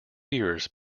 years